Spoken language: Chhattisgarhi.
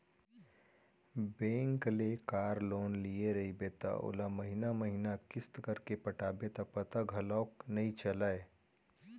बेंक ले कार लोन लिये रइबे त ओला महिना महिना किस्त करके पटाबे त पता घलौक नइ चलय